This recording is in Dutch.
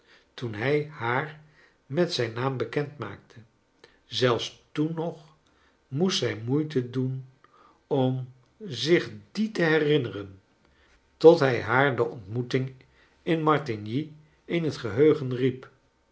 toen hij haar met zijn naam bekend maakte zelfs toen nog moest zij moeite doen om zich dien te herinneren tot hij haar de ontmoeting in martigny in het geheugen riep